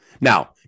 Now